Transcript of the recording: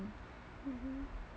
mmhmm